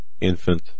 infant